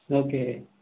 okay